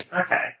okay